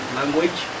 language